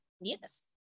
yes